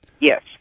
Yes